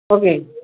okay